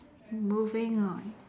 moving on